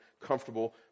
comfortable